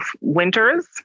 winters